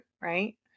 right